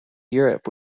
europe